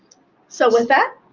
so with that